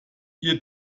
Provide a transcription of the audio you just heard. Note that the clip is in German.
ihr